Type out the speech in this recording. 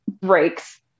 breaks